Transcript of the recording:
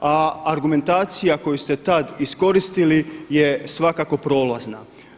A argumentacija koju ste tad iskoristili je svakako prolazna.